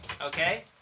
Okay